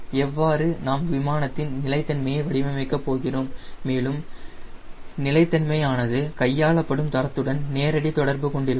எவ்வாறு நாம் விமானத்தின் நிலைத்தன்மையை வடிவமைக்க போகிறோம் மேலும் நிலைத்தன்மை ஆனது கையாளப்படும் தரத்துடன் நேரடி தொடர்பு கொண்டிருக்கும்